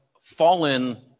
fallen